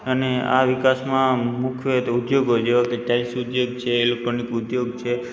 અને આ વિકાસમાં મુખ્યત્ત્વે ઉદ્યોગો જેવા કે ટાઇલ્સ ઉદ્યોગ છે ઇલેક્ટ્રોનિક ઉદ્યોગ છે